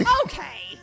Okay